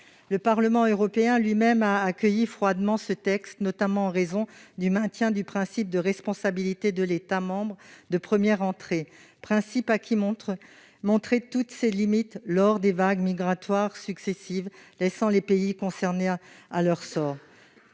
Le Parlement européen lui-même a accueilli froidement ce texte, notamment en raison du maintien du principe de responsabilité de l'État membre de première entrée, qui a montré toutes ses limites lors des vagues migratoires successives, laissant les pays concernés livrés à leur sort.